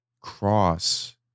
cross